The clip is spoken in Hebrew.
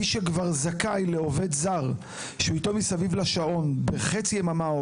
מי שכבר זכאי לעובד זר שנמצא איתו מסביב לשעון במהלך חצי יממה,